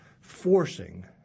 forcing